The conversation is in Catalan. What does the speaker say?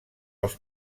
els